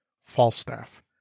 falstaff